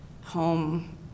home